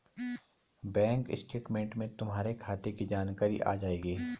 bank statement में तुम्हारे खाते की जानकारी आ जाएंगी